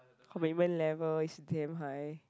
commitment level is damn high